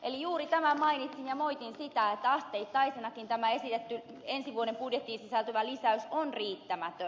eli juuri tämän mainitsin ja moitin sitä että asteittaisenakin tämä esitetty ensi vuoden budjettiin sisältyvä lisäys on riittämätön